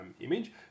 image